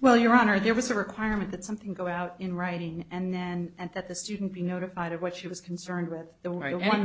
well your honor there was a requirement that something go out in writing and then and that the student be notified of what she was concerned with the right one